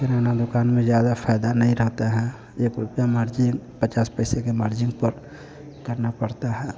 किराना दुकान से ज़्यादा फायदा नहीं रहता है एक रुपया मार्जिन पचास पैसे के मार्जिन पर करना पड़ता है